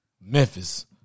Memphis